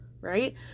right